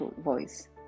voice